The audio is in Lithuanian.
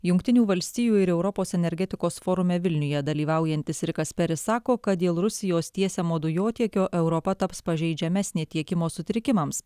jungtinių valstijų ir europos energetikos forume vilniuje dalyvaujantis rikas peris sako kad dėl rusijos tiesiamo dujotiekio europa taps pažeidžiamesnė tiekimo sutrikimams